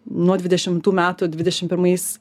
nuo dvidešimų metų dvidešim pirmais